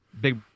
big